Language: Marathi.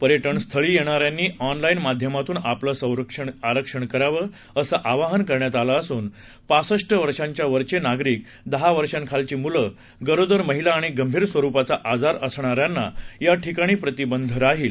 पर्यटन स्थळी येणाऱ्यांनी ऑनलाईन माध्यमातून आपलं आरक्षण करावं असं आवाहन करण्यात आलं असून पासष्ट वर्षा वरचे नागरिक दहा वर्षा खालची मुलं गरोदर महिला आणि गंभीर स्वरूपाचा आजार असणाऱ्यांना या ठिकाणी प्रतिबंध राहील